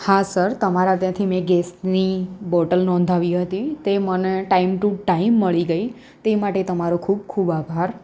હા સર તમારા ત્યાંથી મેં ગેસની બોટલ નોંધાવી હતી તે મને ટાઈમ ટુ ટાઈમ મળી ગઈ તે માટે તમારો ખૂબ ખૂબ આભાર